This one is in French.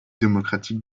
démocratique